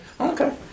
Okay